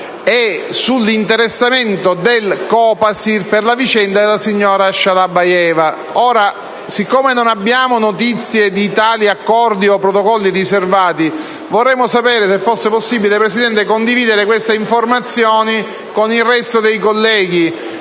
e sull'interessamento del COPASIR per la vicenda della signora Shalabayeva. Siccome non abbiamo notizie di tali accordi o protocolli riservati, vorremmo sapere se fosse possibile condividere queste informazioni con il resto dei colleghi,